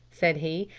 said he,